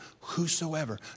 whosoever